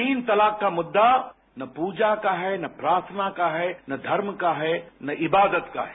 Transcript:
तीन तलाक का मुद्दा न प्रजा का है न प्रार्थना का है न धर्म का है न इबादत का है